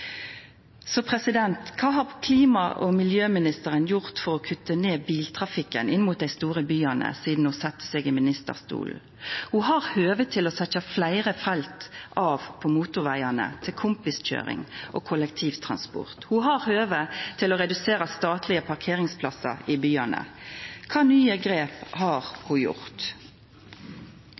Kva har klima- og miljøministeren gjort for å kutta ned på biltrafikken inn mot dei store byane sidan ho sette seg i ministerstolen? Ho har høve til å setja av fleire felt på motorvegane til kompiskøyring og kollektivtransport. Ho har høve til å redusera statlege parkeringsplassar i byane. Kva nye grep har ho gjort?